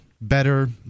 better